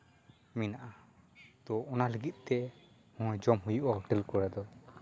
ᱢᱮᱱᱟᱜᱼᱟ ᱛᱚ ᱚᱱᱟ ᱞᱟᱹᱜᱤᱫ ᱛᱮ ᱦᱚᱜᱼᱚᱭ ᱡᱚᱢ ᱦᱩᱭᱩᱜᱼᱟ ᱦᱳᱴᱮᱞ ᱠᱚᱨᱮ ᱫᱚ